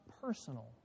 personal